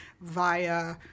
via